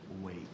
Wait